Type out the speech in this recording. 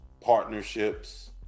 Partnerships